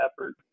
effort